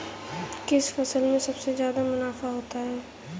किस फसल में सबसे जादा मुनाफा होता है?